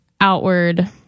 outward